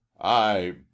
I